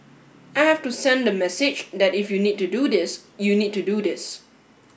I have to send the message that if you need to do this you need to do this